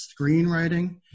screenwriting